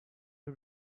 who